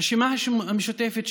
הרשימה המשותפת,